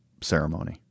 ceremony